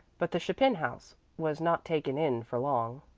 but the chapin house was not taken in for long.